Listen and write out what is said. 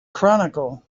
chronicle